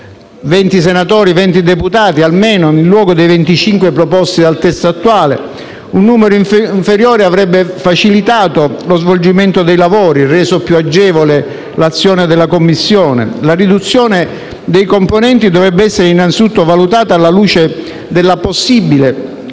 20 senatori e 20 deputati, in luogo dei 25 proposti dal testo attuale. Un numero inferiore avrebbe facilitato lo svolgimento dei lavori, reso più agevole l'azione della Commissione. La riduzione dei componenti dovrebbe essere innanzitutto valutata alla luce della possibile contrazione